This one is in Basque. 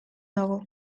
nago